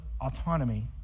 autonomy